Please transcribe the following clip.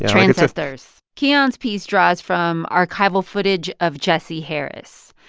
transcestors. kiyan's piece draws from archival footage of jesse harris.